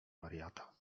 wariata